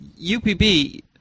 UPB